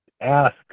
ask